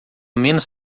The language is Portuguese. menos